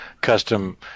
custom